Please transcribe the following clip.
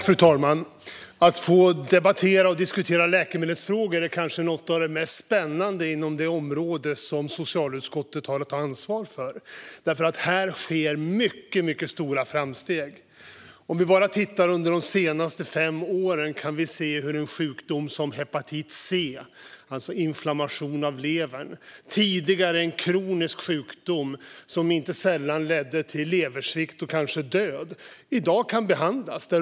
Fru talman! Att få debattera och diskutera läkemedelsfrågor är kanske något av det mest spännande inom det område som socialutskottet har att ta ansvar för. Här sker mycket stora framsteg. Om vi bara tittar under de senaste fem åren kan vi se hur en sjukdom som hepatit C, inflammation av levern, som tidigare var en kronisk sjukdom som inte sällan ledde till leversvikt och kanske död, i dag kan behandlas.